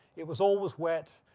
it was always wet,